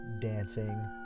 dancing